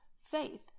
faith